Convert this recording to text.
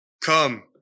Come